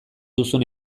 duzun